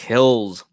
Kills